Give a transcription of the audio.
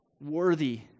worthy